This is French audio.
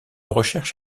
recherche